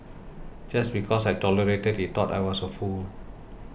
just because I tolerated he thought I was a fool